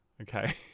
Okay